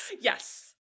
Yes